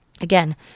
Again